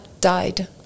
died